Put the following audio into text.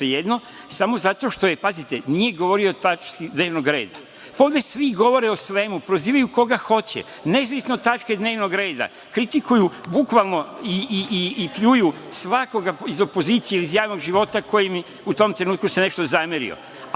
svejedno, smo zato što nije govorio o tački dnevnog reda. Pa ovde svi govore o svemu, prozivaju koga hoće, nezavisno od tačke dnevnog reda, kritikuju bukvalno i pljuju svakog iz opozicije ili iz javnog života koji im se u tom trenutku nešto zamerio.